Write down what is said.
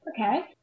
Okay